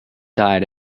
died